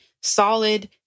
solid